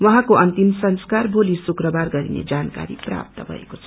उहाँको अन्तिम म्रंस्कार भौील शुक्रबार गरिने जानकारी प्राप्त भएको छ